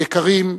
יקרים,